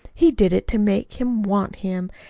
he did it to make him want him.